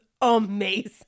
amazing